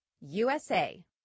USA